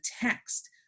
text